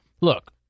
look